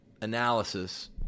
analysis